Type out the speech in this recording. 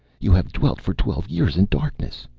you have dwelt for twelve years in darkness!